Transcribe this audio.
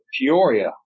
Peoria